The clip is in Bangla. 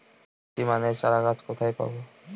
ভ্যারাইটি মানের চারাগাছ কোথায় পাবো?